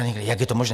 Jak je to možné?